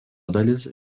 dalis